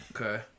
Okay